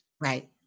Right